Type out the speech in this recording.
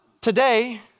today